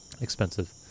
expensive